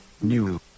New